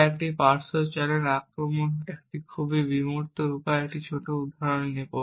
তাই একটি পার্শ্ব চ্যানেল আক্রমণ একটি খুব বিমূর্ত উপায়ে একটি ছোট উদাহরণ নেব